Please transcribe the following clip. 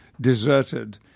deserted